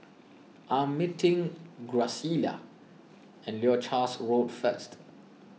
I am meeting Graciela at Leuchars Road first